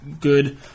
good